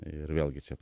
ir vėlgi čia